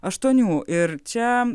aštuonių ir čia